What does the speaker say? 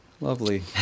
Lovely